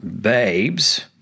Babes